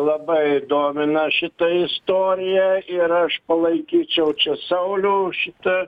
labai domina šita istorija ir aš palaikyčiau čia saulių šitą